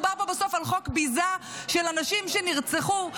מדובר בסוף על חוק ביזה של אנשים שנרצחו,